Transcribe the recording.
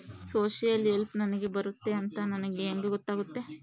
Social help ನನಗೆ ಬರುತ್ತೆ ಅಂತ ನನಗೆ ಹೆಂಗ ಗೊತ್ತಾಗುತ್ತೆ?